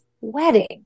wedding